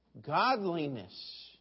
Godliness